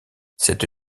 cette